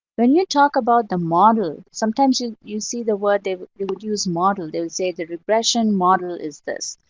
when you talk about the model, sometimes you you see the word. they would use model. they would say the regression model is this.